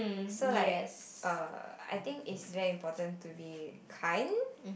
so like err I think is very important to be kind